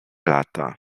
lata